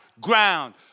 Ground